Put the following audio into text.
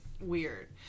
weird